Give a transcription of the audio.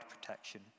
protection